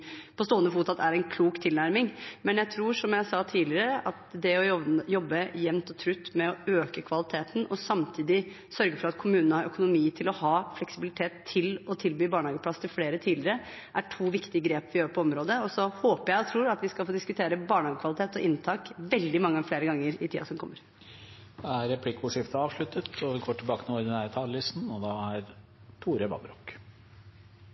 på stående fot er en klok tilnærming. Men jeg tror, som jeg sa tidligere, at det å jobbe jevnt og trutt med å øke kvaliteten og samtidig sørge for at kommunene har økonomi til å ha fleksibilitet til å tilby barnehageplasser til flere tidligere, er to viktige grep vi gjør på området. Og så håper jeg og tror at vi skal få diskutere barnehagekvalitet og inntak veldig mange flere ganger i tiden som kommer. Replikkordskiftet er avsluttet.